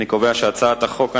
אני מפעיל את ההצבעה.